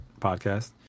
podcast